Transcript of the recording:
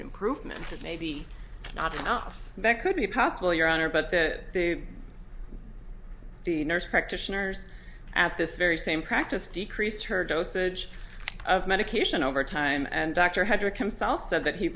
an improvement maybe not enough that could be possible your honor but that the nurse practitioners at this very same practice decreased her dosage of medication over time and dr hedrick himself said that he